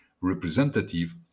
representative